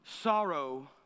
Sorrow